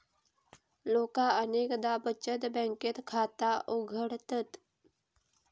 लोका अनेकदा बचत बँकेत खाता उघडतत